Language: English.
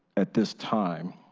at this time.